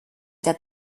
der